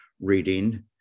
reading